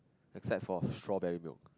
except for strawberry milk